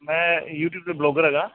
ਮੈਂ ਯੂਟਿਊਬ 'ਤੇ ਵਲੋਗਰ ਹੈਗਾ